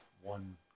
one